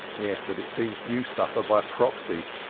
yes, but it seems you suffer by proxy,